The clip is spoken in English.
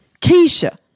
Keisha